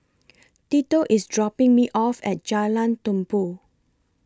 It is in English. Tito IS dropping Me off At Jalan Tumpu